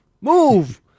Move